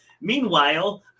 Meanwhile